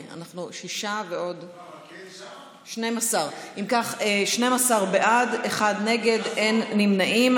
12. אם כך, 12 בעד, אחד נגד, אין נמנעים.